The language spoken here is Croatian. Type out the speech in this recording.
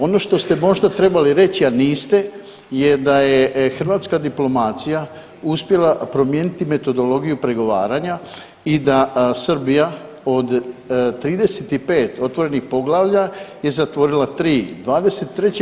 Ono što ste možda trebali reći, a niste je da je hrvatska diplomacija uspjela promijeniti metodologiju pregovaranja i da Srbija od 35 otvorenih poglavlja je zatvorila tri, 23.